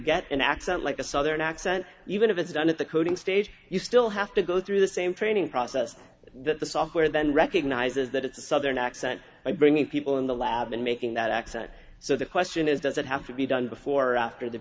get an accent like a southern accent even if it's done at the coding stage you still have to go through the same training process that the software then recognises that it's a southern accent by bringing people in the lab and making that accent so the question is does it have to be done before or after the